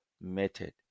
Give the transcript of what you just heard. method